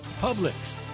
Publix